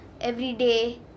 everyday